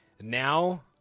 now